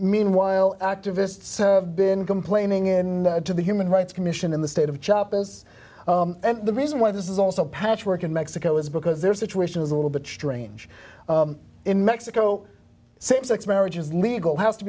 meanwhile activists have been complaining in to the human rights commission in the state of chop is the reason why this is also patchwork in mexico is because their situation is a little bit strange in mexico same sex marriage is legal has to